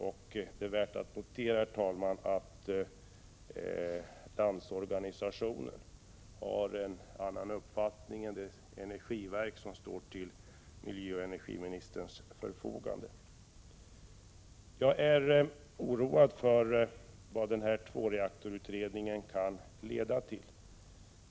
Och det är värt att notera, herr talman, att Landsorganisationen har en annan uppfattning än det energiverk som står till miljöoch energiministerns förfogande. Jag är oroad för vad denna tvåreaktorutredning kan leda till.